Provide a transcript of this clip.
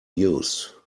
used